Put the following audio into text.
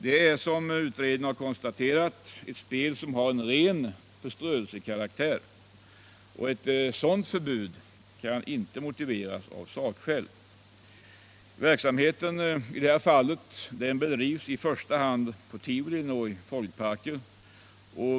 Det är, som utredningen har konstaterat, ett spel som har ren förströelsekaraktär. Ett sådant förbud kan inte motiveras med sakskäl. Verksamheten bedrivs i första hand på tivolin och i folkparker.